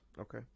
Okay